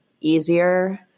easier